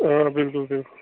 آ بِلکُل بِلکُل